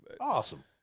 Awesome